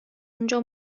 اونجا